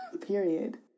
Period